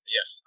Yes